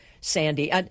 Sandy